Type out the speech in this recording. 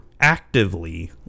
actively